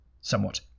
Somewhat